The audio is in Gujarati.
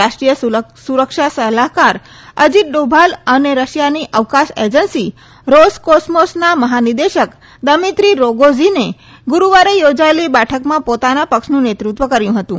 રાષ્ટ્રીય સુરક્ષા સલાહકાર અજીત ડોભાલ અને રશિયાની અવકાશ એજન્સી રોસકોસમોસના મહાનિદેશક દમિત્રી રોગોઝીને ગુરૂવારે યોજાયેલી બેઠકમાં પોતાના પક્ષનું નેતૃત્વ કર્યું હતું